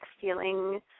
feeling